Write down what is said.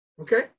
okay